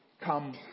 come